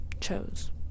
chose